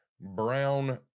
brown